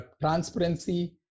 transparency